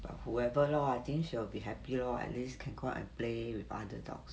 but whoever lor I think she will be happy lor at least can go out and play with other dogs